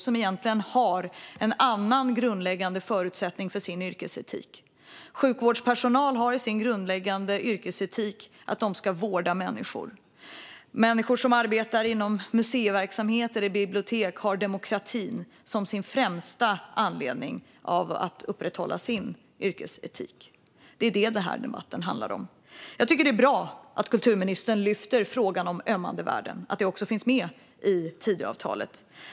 Dessa yrkesgrupper har egentligen en annan grundläggande förutsättning för sin yrkesetik. Sjukvårdspersonal har i sin grundläggande yrkesetik att de ska vårda människor. De som arbetar i museiverksamhet eller på bibliotek har demokratin som sin främsta anledning att upprätthålla sin yrkesetik. Det är detta som debatten handlar om. Jag tycker att det är bra att kulturministern lyfter frågan om ömmande värden och att det också finns med i Tidöavtalet.